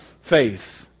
faith